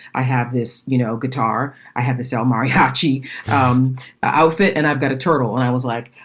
i have this, you know, guitar i have this el mariachi um outfit. and i've got a turtle. and i was like,